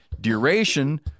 duration